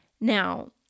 Now